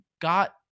got